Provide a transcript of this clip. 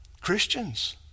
Christians